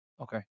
Okay